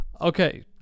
Okay